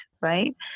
Right